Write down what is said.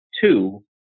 two